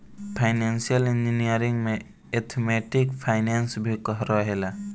financial engineering में mathematical finance भी रहेला